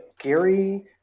Gary